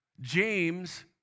James